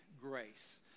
Grace